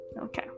Okay